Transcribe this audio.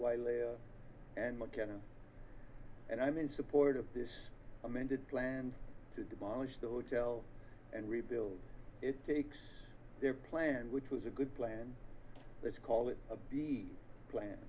wiley and mckenna and i'm in support of this amended plan to demolish the hotel and rebuild it takes their plan which was a good plan let's call it a big plan